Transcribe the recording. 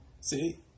See